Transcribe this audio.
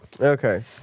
Okay